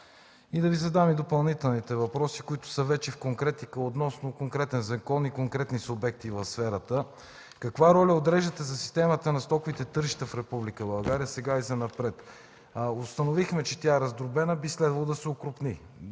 Да Ви задам и допълнителните въпроси, които са вече в конкретика – относно конкретен закон и конкретни субекти в сферата: Каква роля отреждате за системата на стоковите тържища в Република България сега и занапред? Установихме, че тя е раздробена – би следвало да се окрупни.